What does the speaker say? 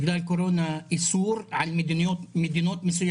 יש איסור כניסה לרוסיה בגלל הקורונה על אנשים ממדינות מסוימות.